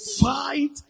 fight